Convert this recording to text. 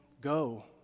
Go